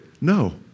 No